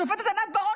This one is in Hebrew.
השופטת ענת ברון,